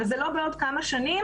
זה לא בעוד כמה שנים,